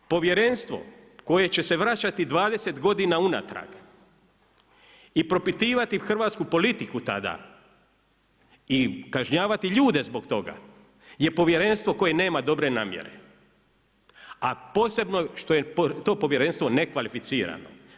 Povjerenstvo koje će vraćati 20 godina unatrag i propitivati hrvatsku politiku tada i kažnjavati ljude zbog toga je Povjerenstvo koje nema dobre namjere, a posebno što je to Povjerenstvo nekvalificirano.